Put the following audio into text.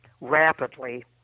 rapidly